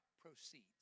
proceeds